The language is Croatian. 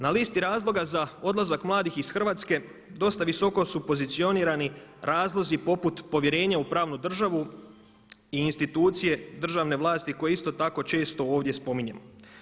Na listi razloga za odlazak mladih iz Hrvatske dosta visoko su pozicionirani razlozi poput povjerenja u pravnu državu i institucije državne vlasti koje isto tako često ovdje spominjemo.